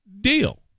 deal